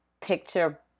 picture